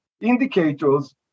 indicators